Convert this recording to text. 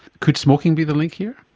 could smoking be the link here?